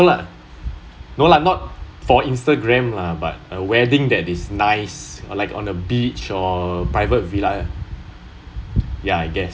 no lah no lah not for instagram lah but a wedding that is nice like on the beach or private villa ya I guess